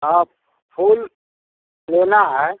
हाँ फूल लेना है